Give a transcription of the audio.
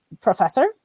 professor